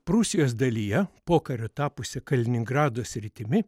prūsijos dalyje pokariu tapusi kaliningrado sritimi